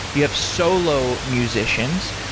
you have solo musicians,